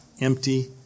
empty